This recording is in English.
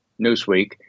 Newsweek